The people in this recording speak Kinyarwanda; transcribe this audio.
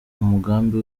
umugambi